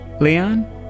Leon